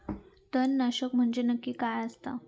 तणनाशक म्हंजे नक्की काय असता?